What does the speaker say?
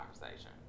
conversation